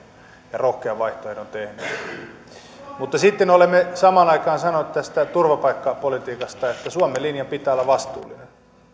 ja rohkean vaihtoehdon tehneet mutta sitten olemme samaan aikaan sanoneet tästä turvapaikkapolitiikasta että suomen linjan pitää olla vastuullinen